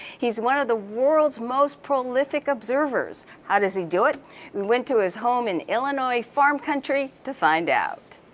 he's one of the world's most prolific observers. how does he do it? we went to his home in illinois farm country to find out.